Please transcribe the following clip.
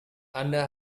anda